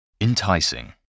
Enticing